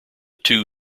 two